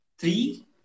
three